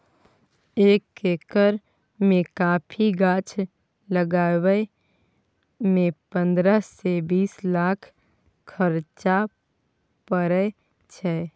एक एकर मे कॉफी गाछ लगाबय मे पंद्रह सँ बीस लाखक खरचा परय छै